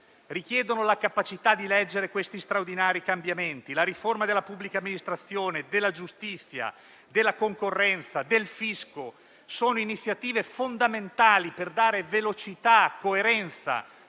richiedono la capacità di leggere questi straordinari cambiamenti: la riforma della pubblica amministrazione, della giustizia, della concorrenza, del fisco sono iniziative fondamentali per dare velocità, coerenza,